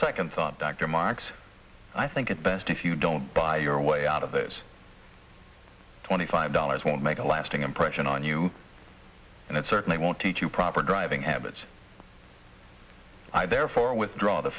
second thought dr marks i think it's best if you don't buy your way out of this twenty five dollars won't make a lasting impression on you and it certainly won't teach you proper driving habits i therefore withdraw the